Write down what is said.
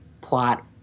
plot